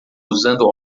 usando